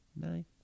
nine